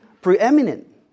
preeminent